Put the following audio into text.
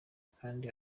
kandi